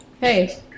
Hey